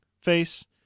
face